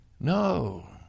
No